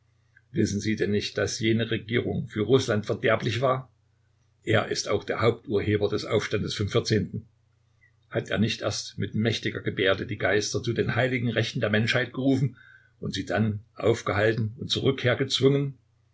wissen sie denn nicht daß jene regierung für rußland verderblich war er ist auch der haupturheber des aufstandes vom vierzehnten hat er nicht erst mit mächtiger gebärde die geister zu den heiligen rechten der menschheit gerufen und sie dann aufgehalten und zur rückkehr gezwungen